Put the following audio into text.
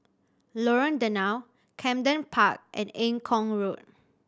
Lorong Danau Camden Park and Eng Kong Road